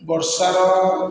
ବର୍ଷାର